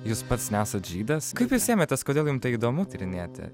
jūs pats nesat žydas kaip jūs ėmėtės kodėl jum tai įdomu tyrinėti